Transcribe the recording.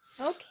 Okay